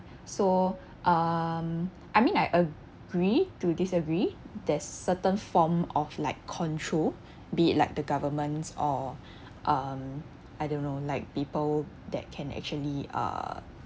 so um I mean I agree to disagree there's certain form of like control be it like the governments or um I don't know like people that can actually uh